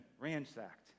ransacked